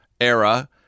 era